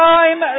Time